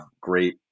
great